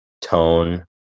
tone